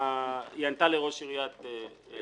היא ענתה לראש עיריית אילת,